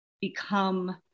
become